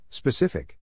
Specific